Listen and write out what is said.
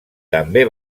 també